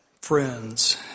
friends